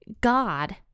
God